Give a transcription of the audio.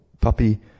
puppy